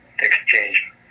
exchange